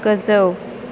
गोजौ